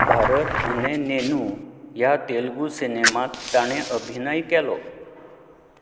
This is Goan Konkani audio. भारत अने नेनू ह्या तेलुगू सिनेमांत ताणें अभिनय केलो